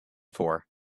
for